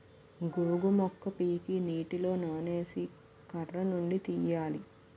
గోగు మొక్క పీకి నీటిలో నానేసి కర్రనుండి తీయాలి